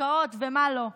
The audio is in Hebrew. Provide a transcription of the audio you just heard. השקעות ומה לא.